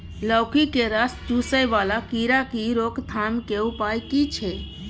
लौकी के रस चुसय वाला कीरा की रोकथाम के उपाय की छै?